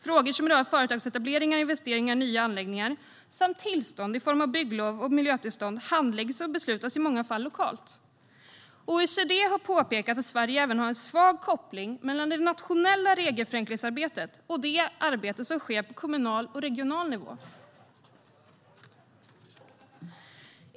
Frågor som rör företagsetableringar och investeringar i nya anläggningar samt tillstånd i form av bygglov och miljötillstånd handläggs och beslutas i många fall lokalt. OECD har påpekat att Sverige även har en svag koppling mellan det nationella regelförenklingsarbetet och det arbete som sker på kommunal och regional nivå.